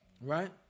Right